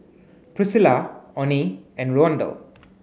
Priscila Oney and Rondal